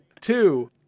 Two